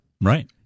Right